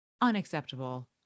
Unacceptable